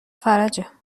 فرجه